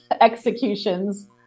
executions